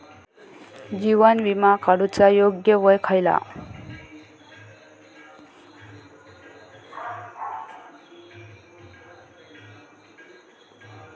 जीवन विमा काडूचा योग्य वय खयला?